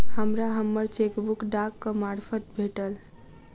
हमरा हम्मर चेकबुक डाकक मार्फत भेटल